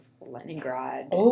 Leningrad